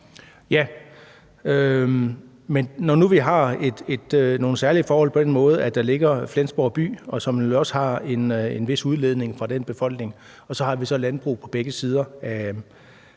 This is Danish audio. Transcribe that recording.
nu vi har nogle særlige forhold på den måde, at der ligger Flensborg by og der jo også er en vis udledning fra dens befolkning, og så har vi så landbrug på begge sider af